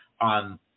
on